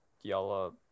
y'all